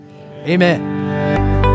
amen